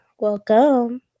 Welcome